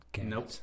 Nope